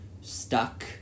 stuck